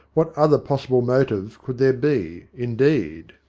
what other possible motive could there be, indeed?